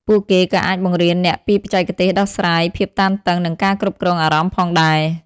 ពួកគេក៏អាចបង្រៀនអ្នកពីបច្ចេកទេសដោះស្រាយភាពតានតឹង និងការគ្រប់គ្រងអារម្មណ៍ផងដែរ។